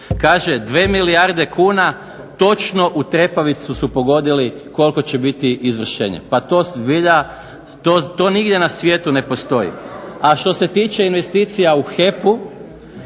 Kaže dvije milijarde kuna, točno u trepavicu su pogodili koliko će biti izvršenje. Pa to zbilja, to nigdje na svijetu ne postoji. A što se tiče investicija u HEP-u